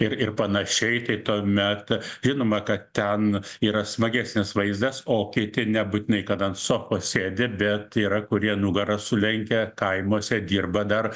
ir ir panašiai tai tuomet žinoma kad ten yra smagesnis vaizdas o kiti nebūtinai kad ant sofos sėdi bet yra kurie nugarą sulenkę kaimuose dirba dar